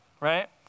right